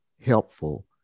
helpful